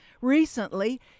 Recently